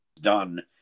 done